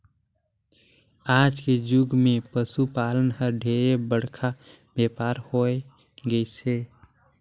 आज के जुग मे पसु पालन हर ढेरे बड़का बेपार हो होय गईस हे